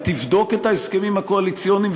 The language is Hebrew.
ותבדוק את ההסכמים הקואליציוניים,